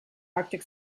arctic